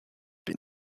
been